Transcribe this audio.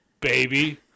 baby